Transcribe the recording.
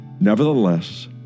Nevertheless